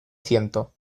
ciento